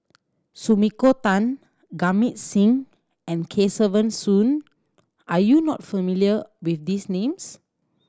Sumiko Tan Singh and Kesavan Soon are you not familiar with these names